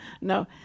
no